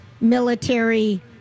military